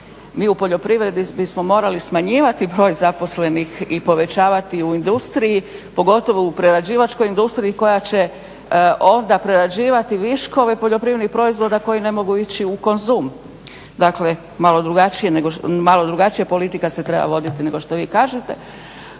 mi u poljoprivredi, mi smo morali smanjivati broj zaposlenih i povećavati u industriji, pogotovo u prerađivačkoj industriji koja će onda prerađivati viškove poljoprivrednih proizvoda koji ne mogu ići u Konzum, dakle malo drugačija politika se treba voditi nego što vi kažete.